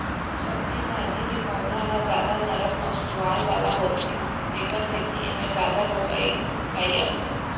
सब्जी भाजी के पउधा ह जादा नरम अउ सुवाद वाला होथे तेखर सेती एमा जादा रोग राई आथे